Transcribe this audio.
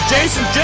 Jason